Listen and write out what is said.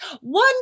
One